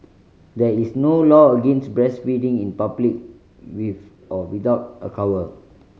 there is no law against breastfeeding in public with or without a cover